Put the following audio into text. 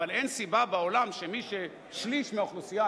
אבל אין סיבה בעולם ששליש מהאוכלוסייה,